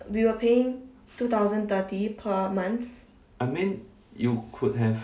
we were paying two thousand thirty per month